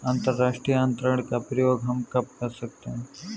अंतर्राष्ट्रीय अंतरण का प्रयोग हम कब कर सकते हैं?